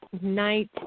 night